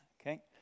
Okay